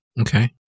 Okay